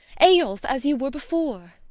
eyolf, as you were before.